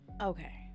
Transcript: okay